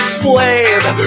slave